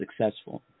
successful